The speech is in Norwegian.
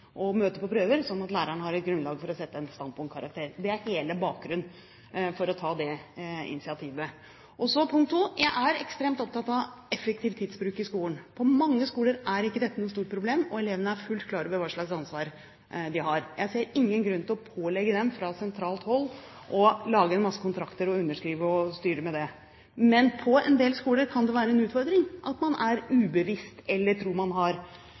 og møte på prøver, slik at læreren har et grunnlag for å sette en standpunktkarakter. Det er hele bakgrunnen for å ta det initiativet. Så er jeg ekstremt opptatt av effektiv tidsbruk i skolen. På mange skoler er ikke dette noe stort problem, og elevene er fullt klar over hva slags ansvar de har. Jeg ser ingen grunn til å pålegge dem, fra sentralt hold, å lage en masse kontrakter og underskrive og styre med det. Men på en del skoler kan det være en utfordring at man er ubevisst, eller tror man har andre rettigheter enn det man faktisk har.